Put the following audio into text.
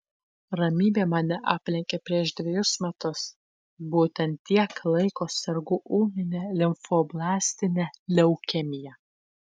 ramybė mane aplenkė prieš dvejus metus būtent tiek laiko sergu ūmine limfoblastine leukemija